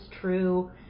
true